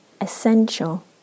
essential